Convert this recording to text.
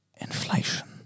inflation